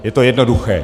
Je to jednoduché.